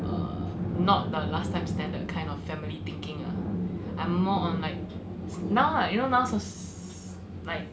err not the last time standard kind of family thinking ah I'm more on like now lah you know now soc~ like